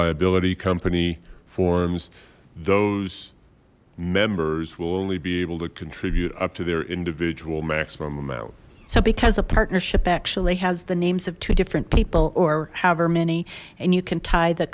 liability company forms those members will only be able to contribute up to their individual maximum amount so because a partnership actually has the names of two different people or however many and you can tie the